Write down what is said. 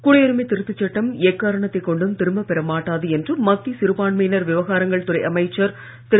குடியுரிமை திருத்தச் சட்டம் எக்காரணத்தை கொண்டும் திரும்ப பெற மாட்டாது என்று மத்திய சிறுபான்மையினர் விவகாரங்கள் துறை அமைச்சர் திரு